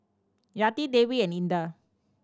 Yati Dewi and Indah